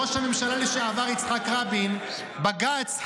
ראש הממשלה לשעבר יצחק רבין: בג"ץ,